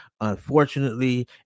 unfortunately